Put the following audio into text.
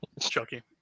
Chucky